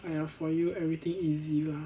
!aiya! for you everything easy lah